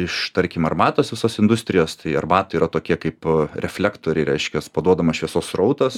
iš tarkim ar matos visos industrijos tai arbatoj yra tokie kaip reflektoriai reiškias paduodamas šviesos srautas